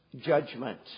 judgment